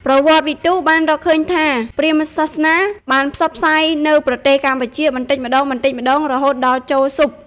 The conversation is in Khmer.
ប្រវត្តិវិទូបានរកឃើញថា ព្រាហ្មណ៍សាសនាបានផ្សព្វផ្សាយនៅប្រទេសកម្ពុជាបន្តិចម្ដងៗរហូតដល់ចូលស៊ប់។